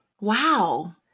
Wow